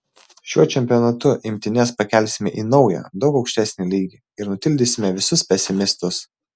šiuo čempionatu imtynes pakelsime į naują daug aukštesnį lygį ir nutildysime visus pesimistus